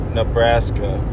Nebraska